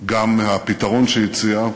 גם הפתרון שהציע.